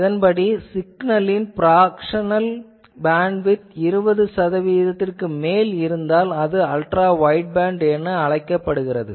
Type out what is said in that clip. இதன்படி சிக்னலின் fractional bandwidth 20 சதவீதத்திற்கு மேல் இருந்தால் அது அல்ட்ரா வைட்பேண்ட் என அழைக்கப்படுகிறது